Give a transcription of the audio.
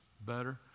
better